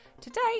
today